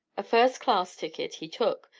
a first-class ticket he took,